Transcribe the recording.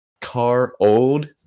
Car-old